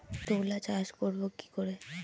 তুলা চাষ করব কি করে?